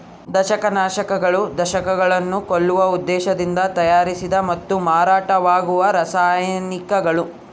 ದಂಶಕನಾಶಕಗಳು ದಂಶಕಗಳನ್ನು ಕೊಲ್ಲುವ ಉದ್ದೇಶದಿಂದ ತಯಾರಿಸಿದ ಮತ್ತು ಮಾರಾಟವಾಗುವ ರಾಸಾಯನಿಕಗಳು